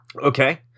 Okay